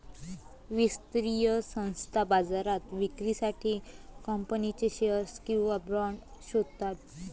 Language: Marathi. वित्तीय संस्था बाजारात विक्रीसाठी कंपनीचे शेअर्स किंवा बाँड शोधतात